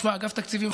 אגף התקציבים,